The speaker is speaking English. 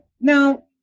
Now